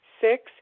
six